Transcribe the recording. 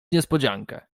niespodziankę